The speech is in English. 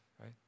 right